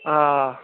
آ